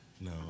No